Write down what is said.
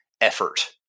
effort